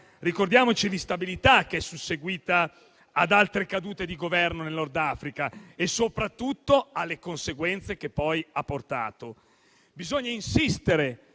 Ricordiamoci l'instabilità che è seguita ad altre cadute di governo nel Nord Africa e soprattutto alle conseguenze che poi ha portato. Bisogna insistere